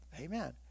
Amen